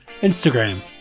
Instagram